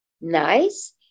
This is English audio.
nice